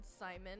Simon